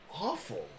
awful